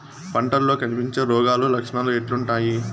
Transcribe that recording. పంటల్లో కనిపించే రోగాలు లక్షణాలు ఎట్లుంటాయి?